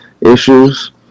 issues